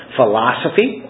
philosophy